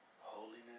Holiness